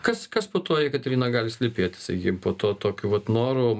kas kas po tuo jakaterina gali slypėti sakykime po tuo tokiu vat noru